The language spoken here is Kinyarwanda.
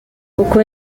uko